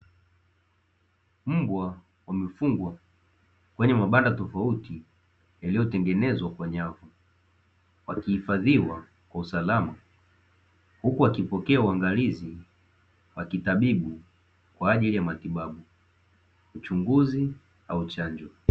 Mbwa wamefungwa kwenye mabanda tofauti yakiyo tengenezwa kwa nyavu, wakiifadhiwa kwa usalama huku wakipokea uangalizi wa kitabibu kwa ajili ya matibabu, uchunguzi au chanjo.